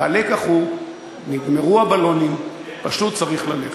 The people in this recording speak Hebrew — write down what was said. והלקח הוא: נגמרו הבלונים, פשוט צריך ללכת.